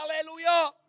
Hallelujah